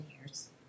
years